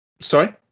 Sorry